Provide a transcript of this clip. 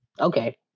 okay